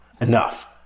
enough